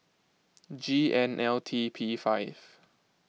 G N L T P five